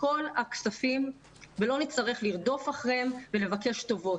בכל הכספים ולא נצטרך לרדוף אחריהם ולבקש טובות.